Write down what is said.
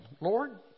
Lord